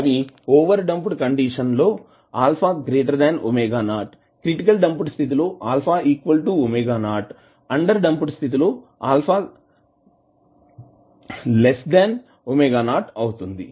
అవి over damped condition లో α ⍵0 critically damped స్థితి లో α ⍵0 అండర్ డాంప్డ్ స్థితి లో α ⍵0 అవుతుంది